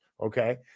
okay